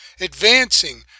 Advancing